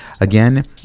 Again